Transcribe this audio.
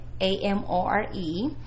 A-M-O-R-E